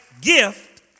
gift